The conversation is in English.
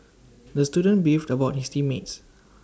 the student beefed about his team mates